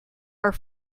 are